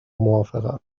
موافقم